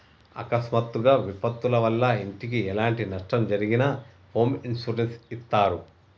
అకస్మాత్తుగా విపత్తుల వల్ల ఇంటికి ఎలాంటి నష్టం జరిగినా హోమ్ ఇన్సూరెన్స్ ఇత్తారు